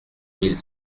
mille